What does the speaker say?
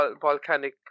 volcanic